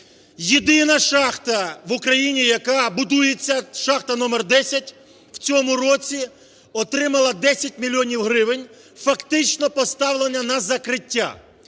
Єдина шахта в Україні, яка будується, – "Шахта № 10", в цьому році отримала 10 мільйонів гривень, фактично поставлена на закриття.